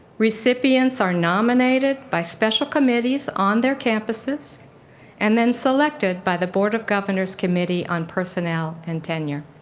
recipients are nominated by special committees on their campuses and then selected by the board of governors committee on personnel and tenure.